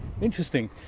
interesting